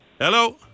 Hello